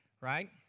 right